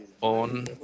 on